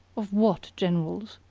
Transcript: of what generals?